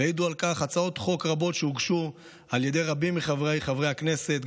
ויעידו על כך הצעות חוק רבות שהוגשו על ידי רבים מחבריי חברי הכנסת,